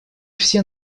все